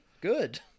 Good